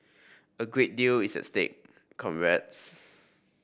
a great deal is at stake comrades